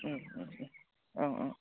अ अ